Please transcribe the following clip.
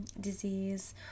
disease